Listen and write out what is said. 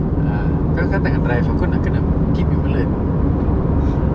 ah kau kan tengah drive aku nak keep you alert